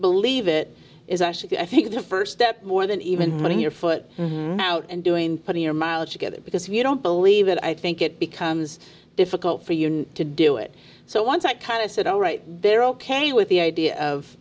believe it is actually i think the st step more than even running your foot out and doing putting your mileage together because you don't believe it i think it becomes difficult for you to do it so once i kind of said all right they're ok with the idea of